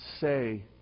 say